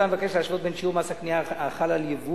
הצו מבקש להשוות בין שיעור מס הקנייה החל על יבוא